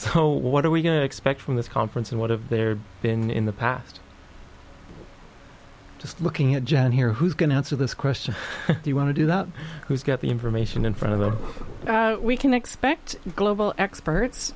so what are we going to expect from this conference and what have there been in the past just looking at gen here who's going to answer this question do you want to do the who's got the information in front of it we can expect global experts